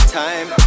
time